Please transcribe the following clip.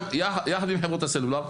יחד עם חברות הסלולר.